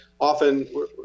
often –